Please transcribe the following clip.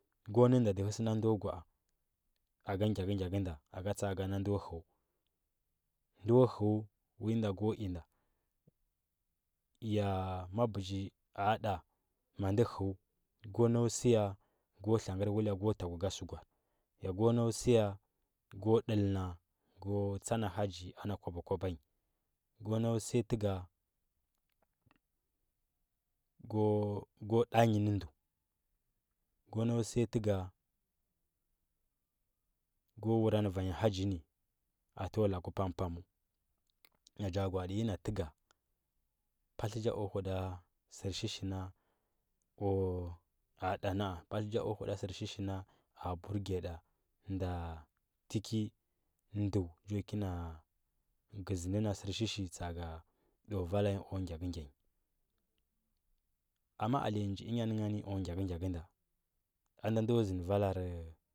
Go nə nda dətə sə ndo gwa. a aga gyakə gyakə nda aga tsa. a ga nan do həu ndo həu win da go i nda ya ma bəji a da ma di htu go nau siya go nagər whylya a ga səu gwar go nau siya go dəl na go tsa na haggi ana kwaba kwaba nyi go nau siya təuga go go da nyi nə ndə go nau siya təuga go ulu ranə vanya haggi ni atəwa lagu pam pamel nan ja gwa di nyi na təuga patlə nja o huda sərshishi na o a da na. a patlə nja o huda sətshishi na a burgiya da nda tikə ndə njo kino gəzi nə na sərshishi tsa. aga o vala nyi o gyakəgya nyi amma alema nji dn nya nə ngani o gyakə gyakə nda a da nda zəndə valarə,